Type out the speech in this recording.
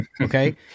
okay